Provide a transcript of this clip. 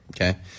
okay